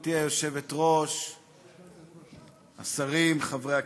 גברתי היושבת-ראש, השרים, חברי הכנסת,